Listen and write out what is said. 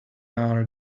are